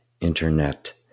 internet